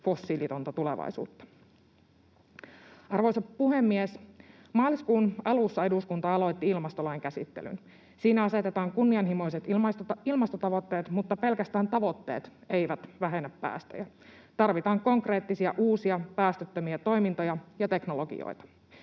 fossiilitonta tulevaisuutta. Arvoisa puhemies! Maaliskuun alussa eduskunta aloitti ilmastolain käsittelyn. Siinä asetetaan kunnianhimoiset ilmastotavoitteet, mutta pelkästään tavoitteet eivät vähennä päästöjä. Tarvitaan konkreettisia uusia päästöttömiä toimintoja ja teknologioita,